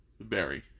Barry